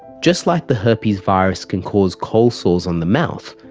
just like the herpes virus can cause cold sores on the mouth,